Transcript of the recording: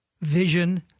vision